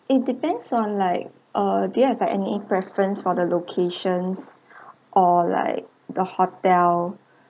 it depends on like uh do you have like any preference for the locations or like the hotel